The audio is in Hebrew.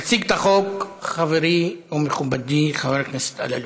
יציג את החוק חברי ומכובדי חבר הכנסת אלאלוף.